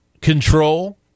control